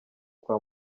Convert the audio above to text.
kwa